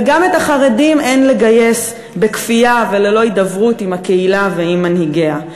וגם את החרדים אין לגייס בכפייה וללא הידברות עם הקהילה ועם מנהיגיה.